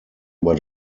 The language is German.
über